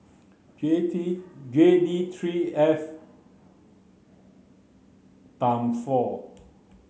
J D J D three F ten four